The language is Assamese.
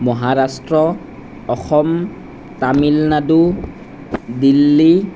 মহাৰাষ্ট্ৰ অসম তামিলনাডু দিল্লী